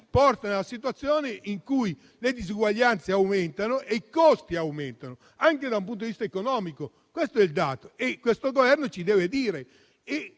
porta nella situazione in cui le disuguaglianze aumentano e i costi aumentano, anche da un punto di vista economico. Questo è il dato su cui il Governo ci deve dire